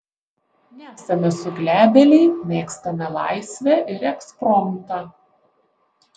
nesame suglebėliai mėgstame laisvę ir ekspromtą